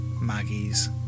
Maggie's